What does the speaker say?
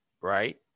right